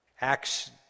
Acts